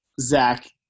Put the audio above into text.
Zach